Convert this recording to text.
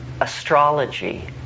astrology